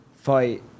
Fight